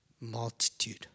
multitude